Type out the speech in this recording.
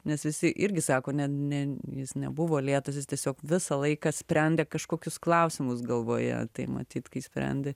nes visi irgi sako ne ne jis nebuvo lėtas jis tiesiog visą laiką sprendė kažkokius klausimus galvoje tai matyt kai sprendi